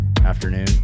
afternoon